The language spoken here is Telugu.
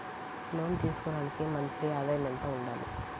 లోను తీసుకోవడానికి మంత్లీ ఆదాయము ఎంత ఉండాలి?